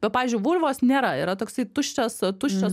bet pavyzdžiui vulvos nėra yra toksai tuščias tuščias